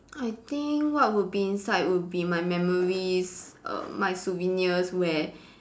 I think what would be inside would be my memories err my souvenirs where